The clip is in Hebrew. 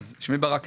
שלום.